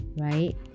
right